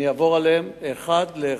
אני אעבור עליהם אחד לאחד.